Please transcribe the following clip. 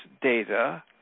data